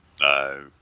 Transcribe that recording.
No